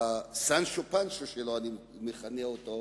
הסנצ'ו פנצ'ו שלו, כך אני מכנה אותו,